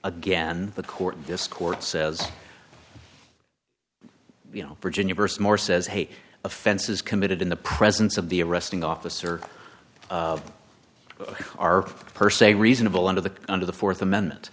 again the court this court says you know virginia st moore says hey offenses committed in the presence of the arresting officer are per se reasonable under the under the th amendment